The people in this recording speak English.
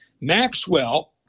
Maxwell